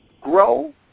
grow